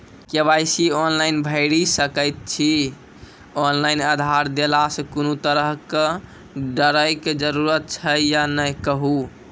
KYC online भैरि सकैत छी, ऑनलाइन आधार देलासॅ कुनू तरहक डरैक जरूरत छै या नै कहू?